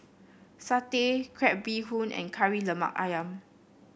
satay Crab Bee Hoon and Kari Lemak ayam